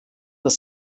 das